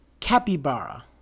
capybara